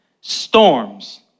Storms